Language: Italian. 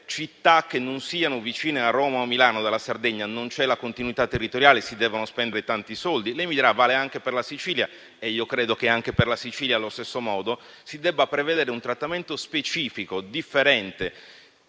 città non vicine a Roma o a Milano, dalla Sardegna non c'è continuità territoriale e si devono spendere tanti soldi. Lei mi dirà che ciò vale anche per la Sicilia e io credo che anche per questa Regione si debba prevedere un trattamento specifico e differente.